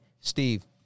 Steve